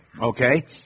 Okay